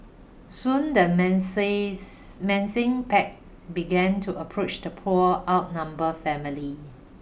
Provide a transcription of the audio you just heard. soon the menacing pack began to approach the poor outnumbered family